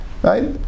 Right